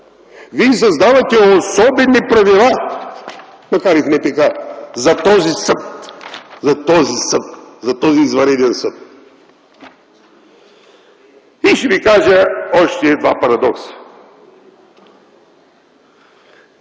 Вие създавате особени правила, макар и в НПК, за този съд, за този извънреден съд. И ще ви кажа още два парадокса.